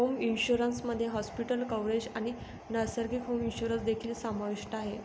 home insurance मध्ये hospital coverage आणि nursing home insurance देखील समाविष्ट आहे